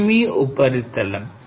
ఇది మీ ఉపరితలం